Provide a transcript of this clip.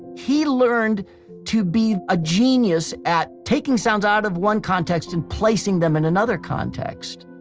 he learned to be a genius at taking sounds out of one context and placing them in another context.